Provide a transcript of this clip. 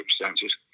circumstances